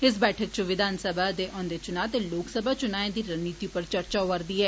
इस बैठक च विघानसभा दे औन्दे चुनां ते लोक सभा चुनाएं दे रणनीति उप्पर चर्चा होआ रदी ऐ